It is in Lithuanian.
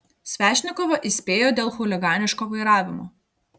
svešnikovą įspėjo dėl chuliganiško vairavimo